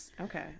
okay